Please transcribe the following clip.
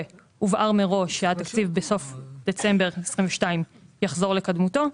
הובהר מראש שהתקציב בסוף דצמבר 22' יחזור לקדמותו.